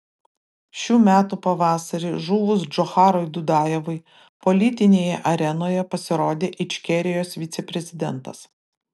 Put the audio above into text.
šių metų pavasarį žuvus džocharui dudajevui politinėje arenoje pasirodė ičkerijos viceprezidentas